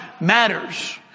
matters